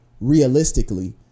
realistically